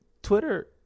Twitter